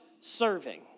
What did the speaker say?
serving